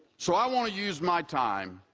so i want to use my time